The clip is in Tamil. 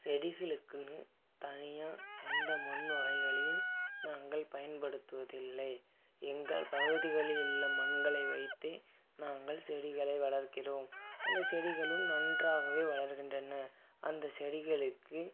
செடிகளுக்குன்னு தனியாக எந்த மண் வகைகளையும் நாங்கள் பயன்படுத்துவதில்லை எங்கள் பகுதிகளில் உள்ள மண்களை வைத்தே நாங்கள் செடிகளை வளர்க்கிறோம் அந்த செடிகளும் நன்றாகவே வளர்கின்றன அந்த செடிகளுக்கு